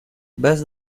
best